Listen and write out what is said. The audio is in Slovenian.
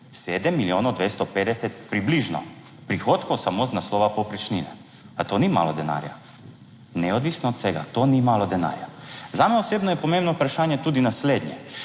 7 milijonov 250 - približno - prihodkov samo iz naslova povprečnine. A to ni malo denarja. Neodvisno od vsega to ni malo denarja. Zame osebno je pomembno vprašanje tudi naslednje: